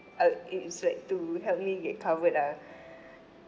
err it is like to help me get covered ah